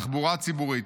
על תחבורה ציבורית,